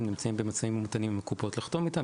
הם נמצאים במשאים ומתנים עם הקופות כדי לחתום איתן,